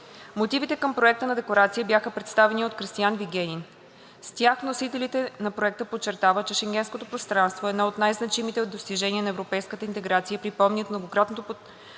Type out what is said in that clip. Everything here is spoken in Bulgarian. Мотивите към Проекта на декларация бяха представени от Кристиан Вигенин. С тях вносителите на Проекта подчертават, че Шенгенското пространство е едно от най-значимите достижения на европейската интеграция и припомнят многократно потвърждаваната